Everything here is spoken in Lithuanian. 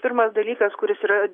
pirmas dalykas kuris yra